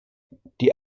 die